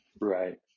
Right